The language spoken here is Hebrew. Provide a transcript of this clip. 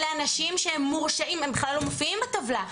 אלה אנשים שהם מורשעים והם בכלל לא מופיעים בטבלה.